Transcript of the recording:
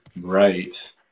Right